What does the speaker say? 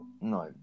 No